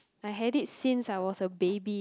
I had it since I was a baby